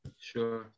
Sure